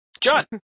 John